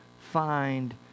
find